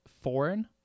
foreign